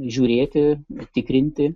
žiūrėti tikrinti